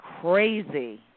crazy